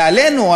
ועלינו,